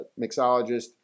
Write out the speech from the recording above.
mixologist